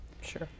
Sure